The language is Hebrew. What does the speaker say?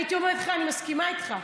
הייתי אומרת לך שאני מסכימה איתך,